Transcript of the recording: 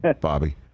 Bobby